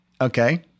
Okay